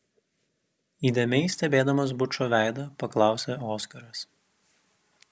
įdėmiai stebėdamas bučo veidą paklausė oskaras